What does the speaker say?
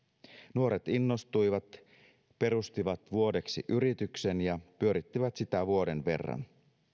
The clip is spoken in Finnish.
nuoret innostuivat perustivat vuodeksi yrityksen ja pyörittivät sitä vuoden verran